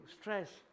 stress